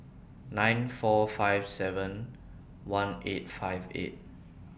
nine four five seven one eight five eight